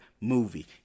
movie